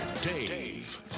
Dave